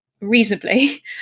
reasonably